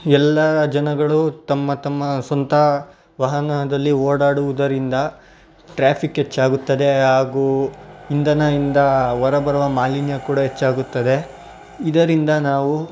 ಎಲ್ಲ ಜನಗಳು ತಮ್ಮ ತಮ್ಮ ಸ್ವಂತ ವಾಹನದಲ್ಲಿ ಓಡಾಡುವುದರಿಂದ ಟ್ರಾಫಿಕ್ ಹೆಚ್ಚಾಗುತ್ತದೆ ಹಾಗೂ ಇಂಧನದಿಂದ ಹೊರಬರುವ ಮಾಲಿನ್ಯ ಕೂಡ ಹೆಚ್ಚಾಗುತ್ತದೆ ಇದರಿಂದ ನಾವು